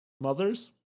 mothers